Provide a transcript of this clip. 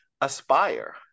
aspire